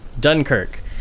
Dunkirk